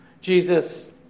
Jesus